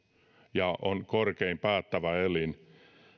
ja on korkein päättävä elin